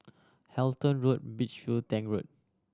Halton Road Beach View Tank Road